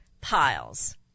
piles